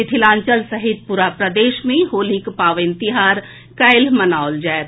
मिथिलांचल सहित पूरा प्रदेश मे होलीक पावनि तिहार काल्हि मनाओल जाएत